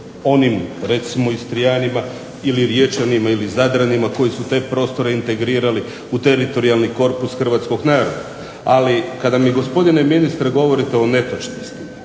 onim recimo Istrijanima ili Riječanima ili Zadranima koji su te prostore integrirali u teritorijalni korpus hrvatskoga naroda. Ali kada mi gospodine ministre govorite o netočnostima,